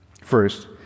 First